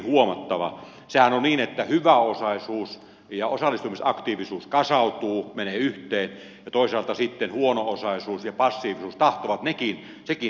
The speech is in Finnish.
sehän on niin että hyväosaisuus ja osallistumisaktiivisuus kasautuu menee yhteen ja toisaalta sitten huono osaisuus ja passiivisuus tahtovat nekin kasautua